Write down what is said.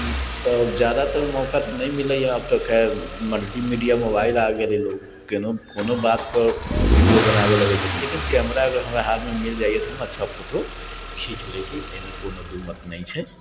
तऽ ज्यादातर मौका तऽ नहि मिलैय अब तऽ खैर मल्टिमीडिया मोबाइल आ गेल है लोग केहनो कोनो बातपर वीडियो बनाबे लगै छै लेकिन कैमरा अगर हमरा हाथमे मिल जाइए तऽ हम अच्छा फोटो खिंञ्च लै छी एहिमे कोनो दू मत नहि छै